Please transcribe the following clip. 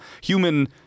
human